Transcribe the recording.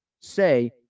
say